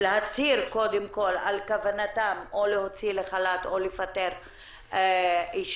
ולהצהיר על כוונתם להוציא לחל"ת או לפטר עובדת